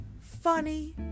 funny